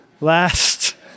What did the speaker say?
last